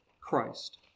Christ